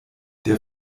der